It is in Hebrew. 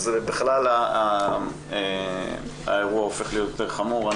אז בכלל האירוע הופך להיות יותר חמור.